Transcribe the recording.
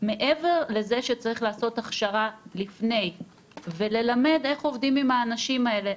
מעבר לזה שצריך לעשות הכשרה לפני וללמד איך עובדים עם האנשים האלה,